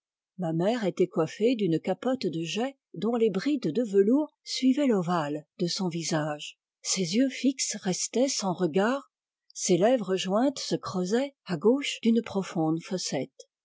ma mère était coiffée d'une capote de jais dont les brides de velours suivaient l'ovale de son visage ses yeux fixes restaient sans ipegard ses lèvres jointes se creusaient à gauche d'une profonde fossette